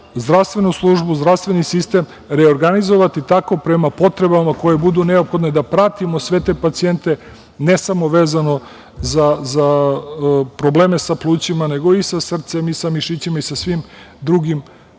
zdravstvenu službu, zdravstveni sistem reorganizovati tako prema potrebama koje budu neophodne da pratimo sve te pacijente, ne samo vezano za probleme sa plućima, nego i sa srcem i sa mišićima i sa svim drugim